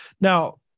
Now